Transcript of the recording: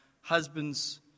Husbands